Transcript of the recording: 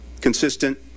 Consistent